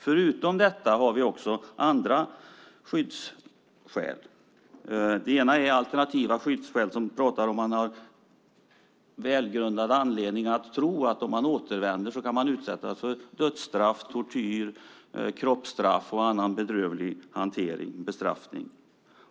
Förutom detta har vi också andra skyddsskäl, till exempel alternativa skyddsskäl om man har en välgrundad anledning att tro att man om man återvänder till sitt land kan utsättas för dödsstraff, tortyr, kroppsstraff och annan bedrövlig hantering, bestraffning.